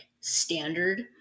standard